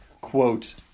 quote